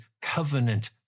covenant